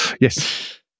Yes